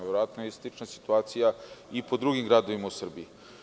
Verovatno je slična situacija i po drugim gradovima u Srbiji.